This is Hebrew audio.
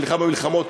שנלחם במלחמות,